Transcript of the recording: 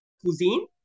cuisine